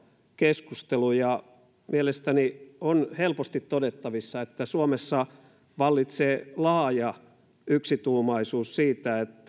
keskustelu ja mielestäni on helposti todettavissa että suomessa vallitsee laaja yksituumaisuus siitä että